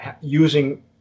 using